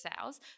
sales